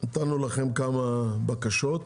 נתנו לכם כמה בקשות,